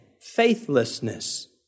faithlessness